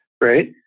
right